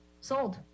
sold